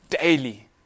daily